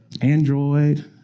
Android